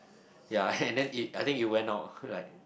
ya and then it I think it went out like